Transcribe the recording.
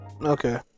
Okay